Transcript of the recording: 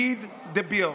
read the bill.